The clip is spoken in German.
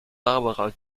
barbara